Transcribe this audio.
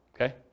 okay